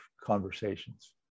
conversations